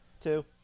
Two